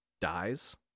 Dies